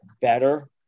better